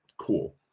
Cool